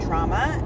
Trauma